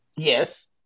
Yes